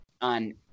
on